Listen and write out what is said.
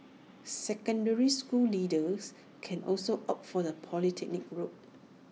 secondary school leavers can also opt for the polytechnic route